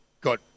got